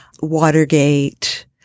Watergate